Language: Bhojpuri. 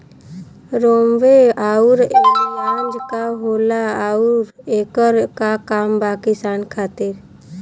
रोम्वे आउर एलियान्ज का होला आउरएकर का काम बा किसान खातिर?